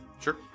Sure